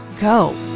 go